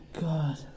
God